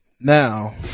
now